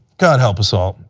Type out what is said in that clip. god help us all.